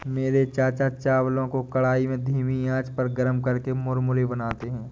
मेरे चाचा चावलों को कढ़ाई में धीमी आंच पर गर्म करके मुरमुरे बनाते हैं